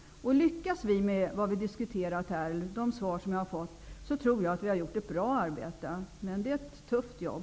Lyckas vi med det som vi har diskuterat här, med det som står i det svar som jag har fått, tror jag att vi har gjort ett bra arbete. Men det är ett tufft jobb.